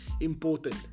important